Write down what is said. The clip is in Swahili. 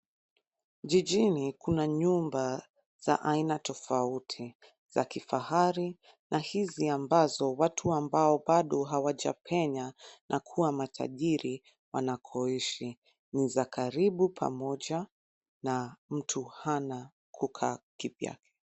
Jijini kuna nyumba za aina tofauti, za kifahari na hizi ambazo watu ambao bado hawajapenya na kuwa matajiri wanakoishi. Ni za karibu pamoja na mtu hana kukaa kivyake.